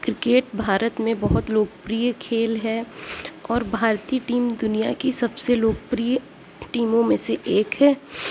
cricket Bharat میں بہت لوکپریہ کھیل ہے اور بھارتی ٹیم دنیا کی سب سے لوکپریہ ٹیموں میں سے ایک ہے